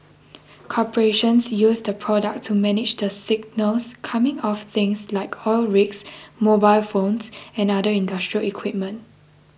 corporations use the product to manage the signals coming off things like oil rigs mobile phones and other industrial equipment